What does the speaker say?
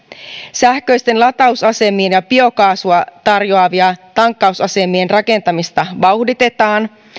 sähköisiä latausasemia ja ja biokaasua tarjoa vien tankkausasemien rakentamista vauhditetaan